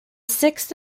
sixth